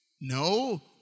No